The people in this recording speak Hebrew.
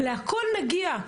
להכל נגיע,